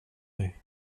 dig